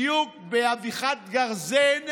בדיוק, באבחת גרזן,